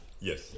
Yes